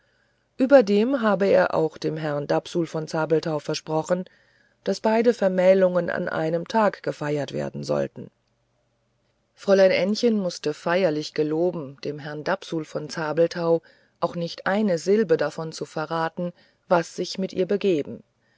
überdem habe er auch dem herrn dapsul von zabelthau versprochen daß beide vermählungen an einem tage gefeiert werden sollten fräulein ännchen mußte feierlich geloben dem herrn dapsul von zabelthau auch nicht eine silbe davon zu verraten was sich mit ihr begeben